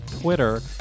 Twitter